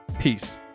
Peace